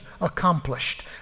accomplished